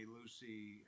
Lucy